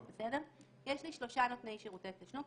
יש לי שלושה נותני שירותי תשלום,